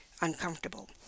uncomfortable